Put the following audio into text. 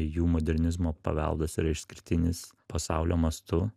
jų modernizmo paveldas yra išskirtinis pasaulio mastu